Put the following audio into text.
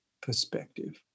perspective